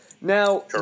Now